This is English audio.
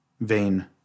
Vain